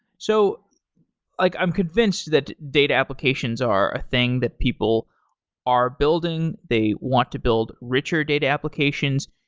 so like i'm convinced that data applications are a thing that people are building, they want to build richer data applications.